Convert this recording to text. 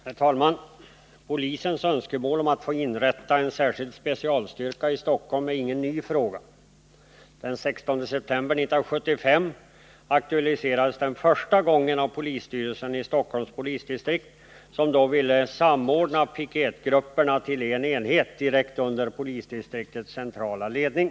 Herr talman! Polisens önskemål att få inrätta en specialstyrka i Stockholm är ingen ny fråga. Den 16 september 1975 aktualiserades den första gången av polisstyrelsen i Nr 153 Stockholms polisdistrikt, som då ville samordna piketgrupperna till en enhet — Tisdagen den direkt under polisdistriktets centrala ledning.